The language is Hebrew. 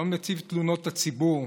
יום נציב תלונות הציבור,